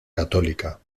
católica